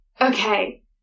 okay